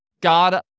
God